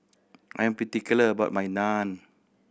I am particular about my Naan